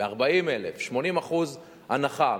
ב-40,000, 80% הנחה.